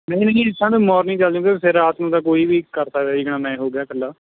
ਨਹੀਂ ਨਹੀਂ ਸਾਨੂੰ ਮੋਰਨਿੰਗ ਚੱਲ ਜੂੰਗੇ ਫਿਰ ਰਾਤ ਨੂੰ ਤਾਂ ਕੋਈ ਵੀ ਕਰ ਸਕਦਾ ਜਿਕਣਾ ਮੈਂ ਹੋ ਗਿਆ ਇਕੱਲਾ